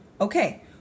okay